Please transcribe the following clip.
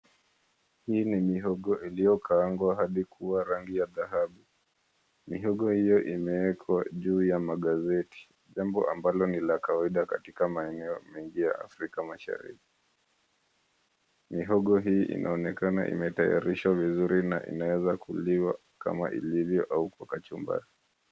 Hii ni mihogo iliyokaangwa hadi kuwa rangi ya dhahabu, mihogo hii imewekwa juu ya magazeti, jambo hilo ambalo nilakawaida katika maeneo mengi ya Afrika Mashariki. Mihogo hii inaonekana imetayarishwa vizuri na inaweza kuliwa kama ilivyo au kwa kachumbari.